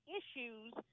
issues